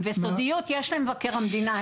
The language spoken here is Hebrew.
וסודיות יש למבקר המדינה,